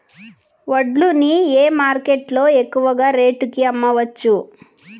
వడ్లు ని ఏ మార్కెట్ లో ఎక్కువగా రేటు కి అమ్మవచ్చు?